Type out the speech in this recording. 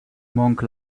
monk